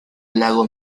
lago